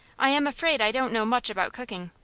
i am afraid i don't know much about cooking.